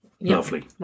lovely